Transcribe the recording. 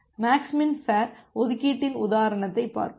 maths min fair ஒதுக்கீட்டின் உதாரணத்தைப் பார்ப்போம்